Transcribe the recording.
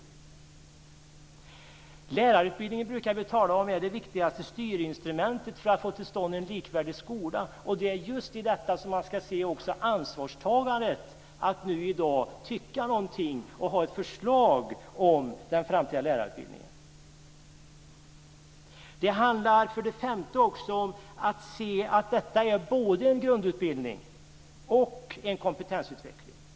Vi brukar tala om att lärarutbildningen är det viktigaste styrinstrumentet för att få till stånd en likvärdig skola, och det är just i ljuset av detta som man också ska se ansvarstagandet när det gäller att i dag tycka någonting och ha ett förslag om den framtida lärarutbildningen. Det handlar också om att se att detta är både en grundutbildning och en kompetensutveckling.